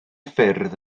ffyrdd